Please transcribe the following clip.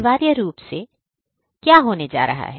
अनिवार्य रूप से क्या होने जा रहा है